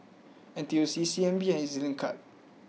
N T U C C N B and E Z Link